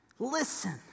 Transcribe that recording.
Listen